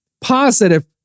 positive